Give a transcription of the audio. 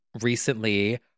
recently